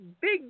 big